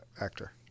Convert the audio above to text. actor